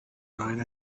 ride